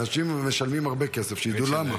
אנשים משלמים הרבה כסף, שידעו למה.